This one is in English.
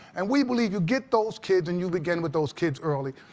and we believe you get those kids and you begin with those kids early.